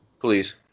Please